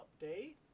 update